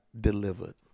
delivered